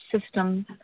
system